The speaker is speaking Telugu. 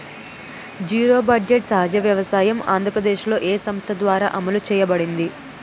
జీరో బడ్జెట్ సహజ వ్యవసాయం ఆంధ్రప్రదేశ్లో, ఏ సంస్థ ద్వారా అమలు చేయబడింది?